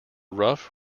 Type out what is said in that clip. rough